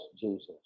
Jesus